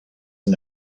and